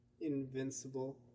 Invincible